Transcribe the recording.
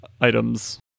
items